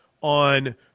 on